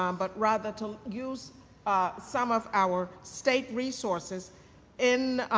um but rather, to use some of our state resources in